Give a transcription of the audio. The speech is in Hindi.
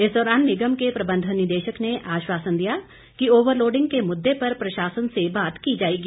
इस दौरान निगम के प्रबंध निदेशक ने आश्वासन दिया कि ओवर लोडिंग के मुद्दे पर प्रशासन से बात की जाएगी